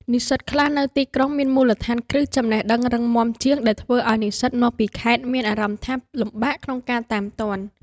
និស្សិតខ្លះនៅទីក្រុងមានមូលដ្ឋានគ្រឹះចំណេះដឹងរឹងមាំជាង ដែលអាចធ្វើឱ្យនិស្សិតមកពីខេត្តមានអារម្មណ៍ថាលំបាកក្នុងការតាមទាន់។